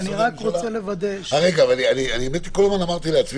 אני רק רוצה לוודא --- כל הזמן אמרתי לעצמי